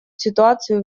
ситуацию